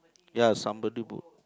ya somebody put